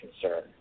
concern